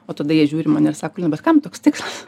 o tada jie žiūri į mane ir sako nu bet kam toks tikslas